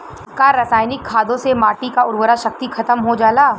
का रसायनिक खादों से माटी क उर्वरा शक्ति खतम हो जाला?